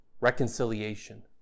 reconciliation